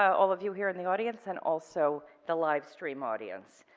all of you here in the audience and also the live stream audience.